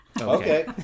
Okay